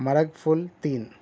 مرگ فُل تین